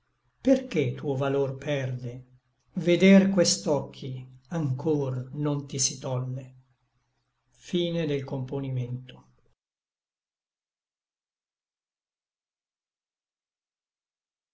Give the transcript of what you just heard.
perché tuo valor perde veder quest'occhi anchor non ti si tolle